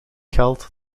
geld